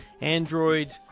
Android